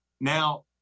Now